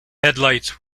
headlights